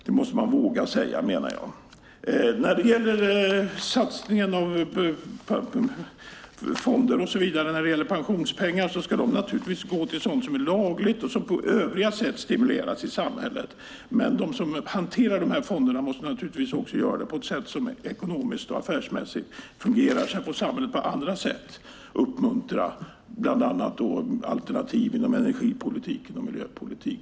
Det måste man våga säga, menar jag. När det gäller fonder och så vidare när det gäller pensionspengar ska satsningarna naturligtvis gå till sådant som är lagligt och som på övriga sätt stimulerar samhället. Men de som hanterar dessa fonder måste naturligtvis också göra det på ett sätt som ekonomiskt och affärsmässigt fungerar. Sedan får samhället på andra sätt uppmuntra alternativ bland annat inom energi och miljöpolitik.